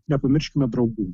nepamirškime draugų